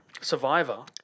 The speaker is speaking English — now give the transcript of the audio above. Survivor